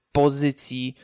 pozycji